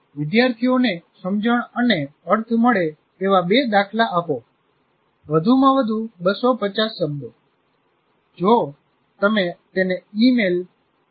વિદ્યાર્થીઓને સમજણ અને અર્થ મળે એવા બે દાખલા આપો વધુમાં વધુ 250 શબ્દો